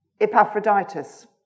Epaphroditus